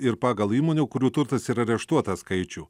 ir pagal įmonių kurių turtas yra areštuotas skaičių